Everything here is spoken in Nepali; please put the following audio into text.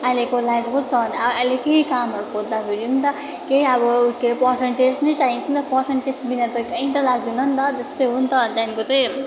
अहिलेको लाइफ कस्तो अन्त अहिले केही काम खोज्दाफिरीम त त्यही अब पर्सन्टेज नै चाहिन्छ त पर्सन्टेजबिना त केही त लाग्दैन नि त त्यस्तै हो पनि त अन्त त्यहाँदेखिको चाहिँ